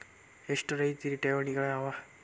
ಎಷ್ಟ ರೇತಿ ಠೇವಣಿಗಳ ಅವ?